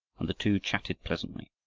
and the two chatted pleasantly.